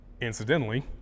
Incidentally